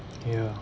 ya